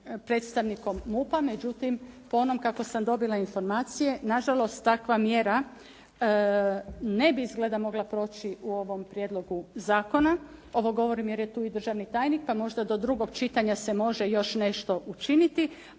predstavnikom MUP-a, međutim po onom kako sam dobila informacije, nažalost takva mjera ne bi izgleda mogla proći u ovom prijedlogu zakona. Ovo govorim jer je tu i državni tajnik pa možda do drugog čitanja se može još nešto učiniti,